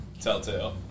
Telltale